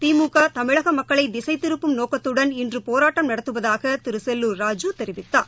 திமுக தமிழக மக்களை திசைத்திருப்பும் நோக்கத்துடன் இன்று போராட்டம் நடத்துவதாகக் திரு செல்லூர் ராஜு தெரிவித்தார்